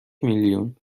میلیون